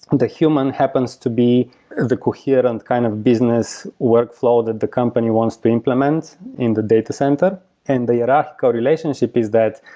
the human happens to be the coherent kind of business workflow that the company wants to implement in the data center and the and hierarchical relationship is that,